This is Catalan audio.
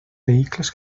vehicles